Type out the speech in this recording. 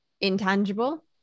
intangible